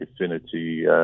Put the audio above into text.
Affinity